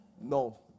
no